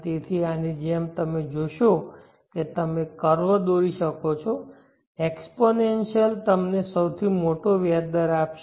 તેથી આની જેમ તમે જોશો કે તમે કર્વ દોરી કરી શકો છો એક્સપોનેન્શીઅલ તમને સૌથી મોટો વ્યાજ દર આપશે